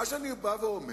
מה שאני אומר,